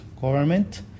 government